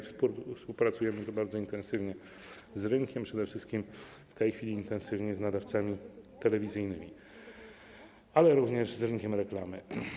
Współpracujemy bardzo intensywnie z rynkiem, przede wszystkim w tej chwili z nadawcami telewizyjnymi, ale również z rynkiem reklamy.